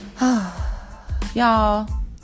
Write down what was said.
Y'all